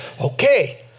okay